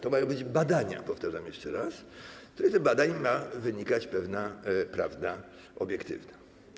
To mają być badania, powtarzam jeszcze raz, z których to badań ma wynikać pewna prawda obiektywna.